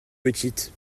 petite